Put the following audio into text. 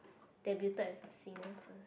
debuted as a singer first